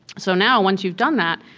so now, once you've done that,